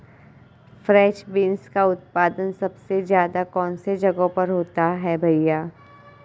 French beans का उत्पादन सबसे ज़्यादा कौन से जगहों पर होता है भैया?